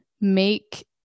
make